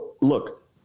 Look